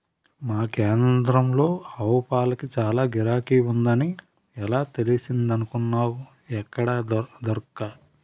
మా కేంద్రంలో ఆవుపాలకి చాల గిరాకీ ఉందని ఎలా తెలిసిందనుకున్నావ్ ఎక్కడా దొరక్క